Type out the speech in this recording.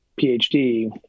PhD